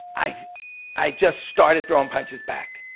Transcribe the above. i i just started throwing punches back.